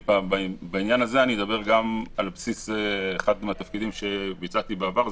בעניין הזה אני אדבר גם על בסיס אחד מהתפקידים שביצעתי בעבר,